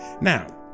Now